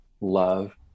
love